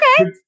Okay